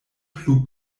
plu